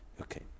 Okay